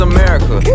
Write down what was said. America